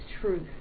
truth